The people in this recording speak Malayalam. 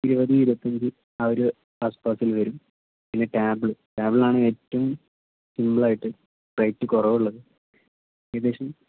ഇരുപത് ഇരുപത്തി അഞ്ച് ആ ഒരു ആസ്പാസിൽ വരും പിന്നെ ടേബിൾ ടേബിലാണ് ഏറ്റവും സിംമ്പിളായിട്ട് റേറ്റ് കുറവുള്ളത് ഏകദേശം